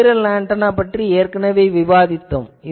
spiral antenna பற்றி ஏற்கனவே விவாதித்தோம்